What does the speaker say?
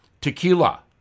Tequila